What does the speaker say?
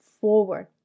forward